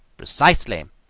precisely!